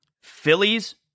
Phillies